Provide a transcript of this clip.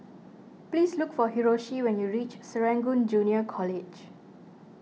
please look for Hiroshi when you reach Serangoon Junior College